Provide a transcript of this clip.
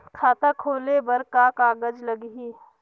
खाता खोले बर कौन का कागज लगही?